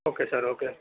okay sir okay